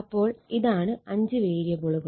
അപ്പോൾ ഇതാണ് 5 വേരിയബിളുകൾ